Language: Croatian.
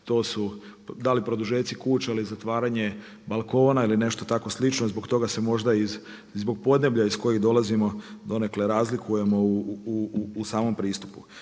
to su da li produžeci kuća ili zatvaranje balkona ili nešto tako slično i zbog toga se možda i iz podneblja iz kojeg dolazimo donekle razlikujemo u samom pristupu.